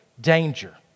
danger